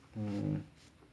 mm